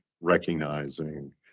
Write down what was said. recognizing